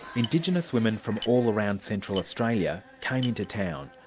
indigenous women from all around central australia came in to town,